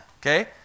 okay